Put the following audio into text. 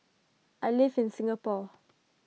I live in Singapore